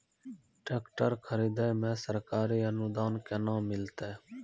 Tractor खरीदै मे सरकारी अनुदान केना मिलतै?